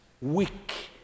weak